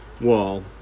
wall